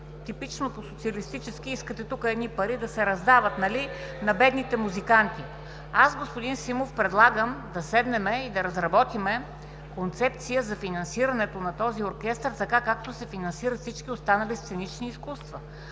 типично по социалистически искате тук едни пари да се раздават на бедните музиканти. Аз, господин Симов, предлагам да седнем и да разработим концепция за финансирането на този оркестър, така както се финансират всички останали сценични изкуства